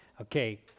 Okay